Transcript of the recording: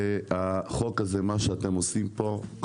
זה דבר שעושים אותו ברוב מדינות העולם.